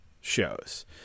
shows